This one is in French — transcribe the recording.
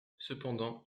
cependant